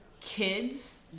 kids